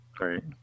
Right